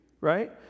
right